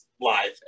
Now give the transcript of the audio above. live